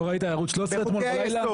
לא ראית ערוץ 13 אתמול בלילה?